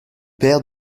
père